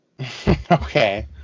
Okay